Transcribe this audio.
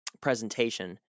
presentation